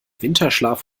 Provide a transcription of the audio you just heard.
winterschlaf